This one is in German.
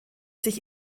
sich